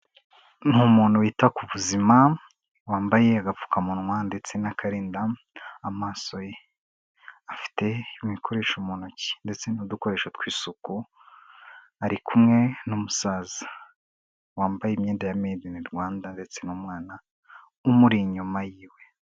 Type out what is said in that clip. Ni umuntu wita ku buzima wambaye agapfukamunwa ndetse n'akarinda amaso ye, afite ibindi bikoresho mu ntoki ndetse n'udukoresho tw'isuku, ari kumwe n'umusaza wambaye imyenda ya made in Rwanda ndetse n'umwana umuri inyuma y'iwe.